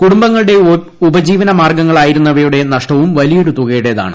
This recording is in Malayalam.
കുടുംബങ്ങളുടെ ഉപജീവന മാർഗങ്ങളായിരുന്നവയുടെ നഷ്ടവും വലിയൊരു തുകയുടേതാണ്